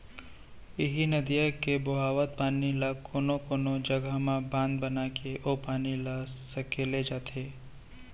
इहीं नदिया के बोहावत पानी ल कोनो कोनो जघा म बांधा बनाके ओ पानी ल सकेले जाथे